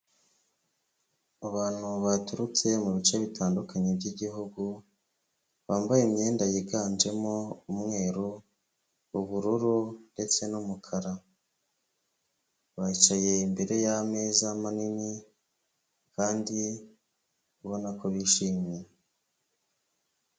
Abantu baturutse mu bice bitandukanye by'igihugu bambaye imyenda yiganjemo umweru, ubururu ndetse n'umukara, bicaye imbere y'ameza manini kandi ubona ko bishimye.